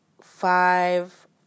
five